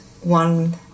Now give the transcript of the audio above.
one